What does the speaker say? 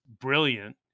brilliant